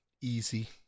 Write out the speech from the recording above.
easy